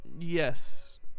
Yes